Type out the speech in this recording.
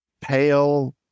pale